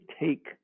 take